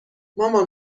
مامان